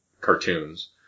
cartoons